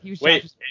Wait